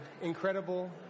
incredible